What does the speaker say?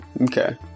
Okay